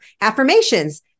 affirmations